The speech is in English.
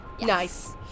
Nice